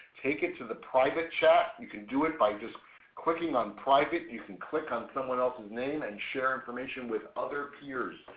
take it to the private chat. you can do it by just clicking on private, you can click on someone else's name and share information with other peers.